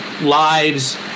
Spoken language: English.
lives